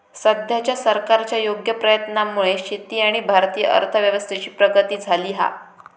सद्याच्या सरकारच्या योग्य प्रयत्नांमुळे शेती आणि भारतीय अर्थव्यवस्थेची प्रगती झाली हा